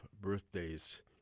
birthdays